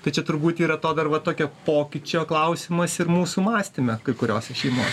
tai čia turbūt yra to dar va tokia pokyčio klausimas ir mūsų mąstyme kai kuriose šeimose